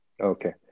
Okay